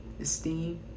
esteem